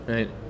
Right